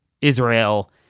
Israel